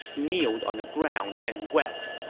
kneeled on the ground, and wept.